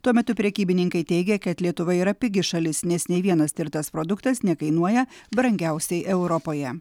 tuo metu prekybininkai teigia kad lietuva yra pigi šalis nes nei vienas tirtas produktas nekainuoja brangiausiai europoje